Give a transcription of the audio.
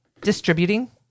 Distributing